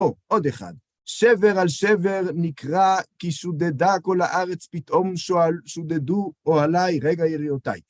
או, עוד אחד, שבר על שבר נקרא כי שודדה כל הארץ פתאום שודדו או עליי, רגע יריאותיי.